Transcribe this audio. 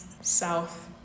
south